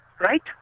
right